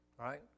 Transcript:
right